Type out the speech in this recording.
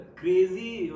crazy